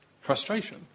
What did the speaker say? frustration